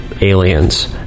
aliens